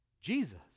Jesus